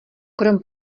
krom